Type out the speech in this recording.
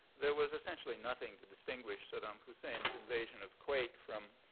there was essentially nothing to distinguish saddam hussein's invasion of kuwait from,